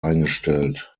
eingestellt